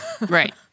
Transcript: right